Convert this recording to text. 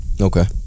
Okay